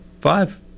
Five